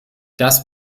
das